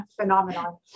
phenomenon